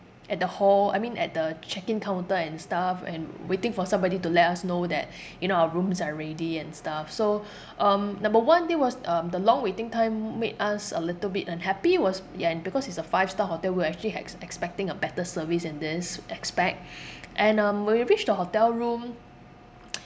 at the hall I mean at the check in counter and stuff and waiting for somebody to let us know that you know our rooms are ready and stuff so um number one there was um the long waiting time made us a little bit unhappy was ya and because it's a five star hotel we're actually hex~ expecting a better service in this aspect and um when we reached the hotel room